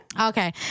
Okay